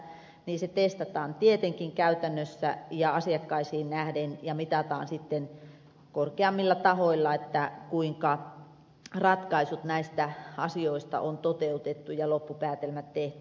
se testataan tietenkin käytännössä ja asiakkaisiin nähden ja mitataan sitten korkeammilla tahoilla kuinka näiden asioiden ratkaisut on toteutettu ja loppupäätelmät tehty